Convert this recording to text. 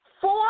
four